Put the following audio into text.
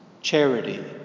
charity